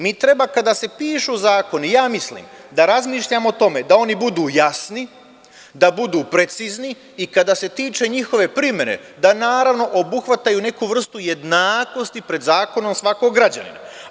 Mi treba kada se pišu zakoni, ja mislim, da razmišljamo o tome da oni budu jasni, da budu precizni i kada se tiče njihove primene, naravno, da obuhvataju neku vrstu jednakosti pred zakonom svakog građanina.